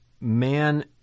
man